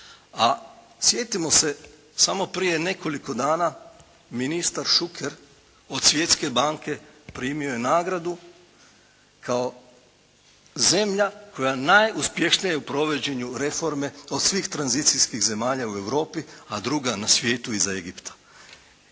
A sjetimo se samo prije nekoliko dana ministar Šuker od Svjetske banke primio je nagradu kao zemlja koja najuspješnija je u provođenju reforme od svih tranzicijskih zemalja u Europi a druga na svijetu iza Egipta.